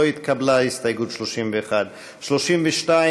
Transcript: לא התקבלה הסתייגות 31. 32,